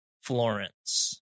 Florence